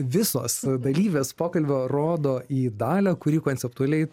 visos dalyvės pokalbio rodo į dalią kuri konceptualiai